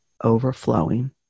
overflowing